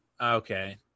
Okay